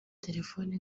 telefone